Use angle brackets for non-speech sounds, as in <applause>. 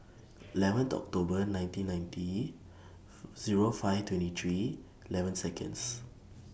eleven October nineteen ninety <noise> Zero five twenty three eleven Seconds